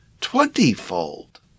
twentyfold